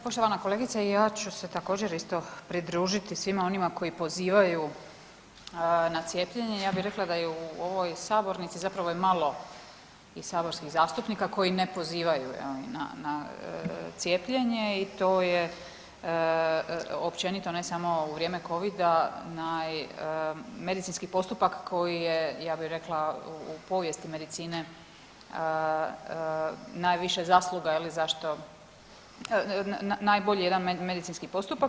Poštovana kolegice, ja ću se također, isto pridružiti svima onima koji pozivaju na cijepljenje, ja bih rekla da je u ovoj sabornici zapravo je malo i saborskih zastupnika koji ne pozivaju, je li, na cijepljenje i to je općenito, ne samo u vrijeme Covida naj, medicinski postupak koji je, ja bih rekla u povijesti medicine najviše zasluga, je li, zašto, najbolji jedan medicinski postupak.